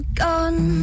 gone